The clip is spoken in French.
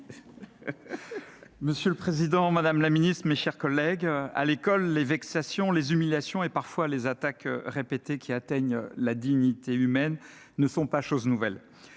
Monsieur le président, madame la secrétaire d'État, mes chers collègues, à l'école, les vexations, les humiliations et, parfois, les attaques répétées qui atteignent la dignité humaine ne sont pas chose nouvelle.